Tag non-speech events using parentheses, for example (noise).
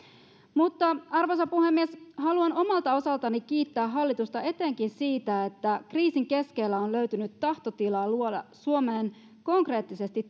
mutta arvoisa puhemies haluan omalta osaltani kiittää hallitusta etenkin siitä että kriisin keskellä on löytynyt tahtotilaa luoda suomeen konkreettisesti (unintelligible)